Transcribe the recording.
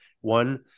one